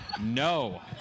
No